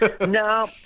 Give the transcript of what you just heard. no